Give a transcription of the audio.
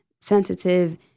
sensitive